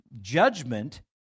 judgment